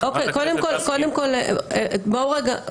קודם כול, בואו רגע.